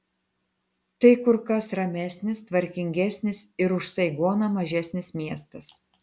tai kur kas ramesnis tvarkingesnis ir už saigoną mažesnis miestas